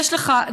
יש לך,